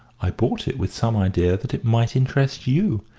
i bought it with some idea that it might interest you.